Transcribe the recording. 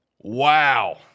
wow